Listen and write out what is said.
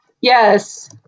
Yes